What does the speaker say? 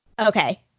Okay